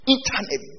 Internet